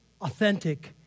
authentic